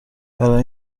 برای